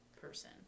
person